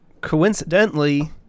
coincidentally